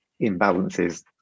imbalances